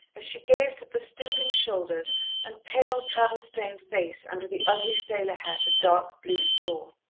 as she gazed at the stooping shoulders and pale, travel-stained face under the ugly sailor hat of dark blue straw.